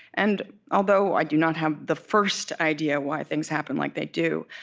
and although i do not have the first idea why things happen like they do,